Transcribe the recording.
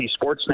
Sportsnet